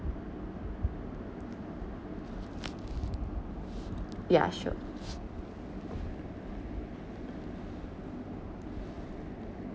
ya sure